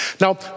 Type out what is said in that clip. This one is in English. Now